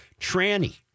tranny